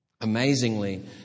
amazingly